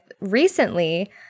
recently